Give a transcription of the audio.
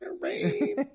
Rain